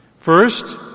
First